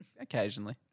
Occasionally